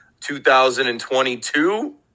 2022